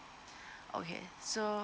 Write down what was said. okay so